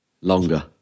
Longer